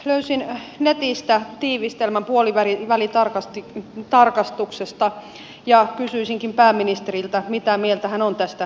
löysin netistä tiivistelmän puolivälitarkastuksesta ja kysyisinkin pääministeriltä mitä mieltä hän on tästä tiivistelmästä